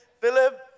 Philip